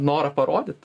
norą parodyt